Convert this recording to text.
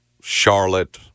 Charlotte